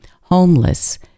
homeless